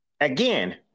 again